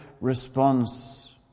response